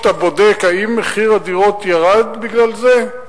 כשאתה בודק: האם מחיר הדירות ירד בגלל זה?